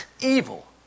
evil